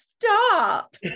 stop